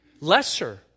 lesser